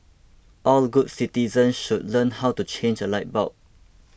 all the good citizens should learn how to change a light bulb